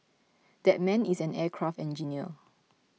that man is an aircraft engineer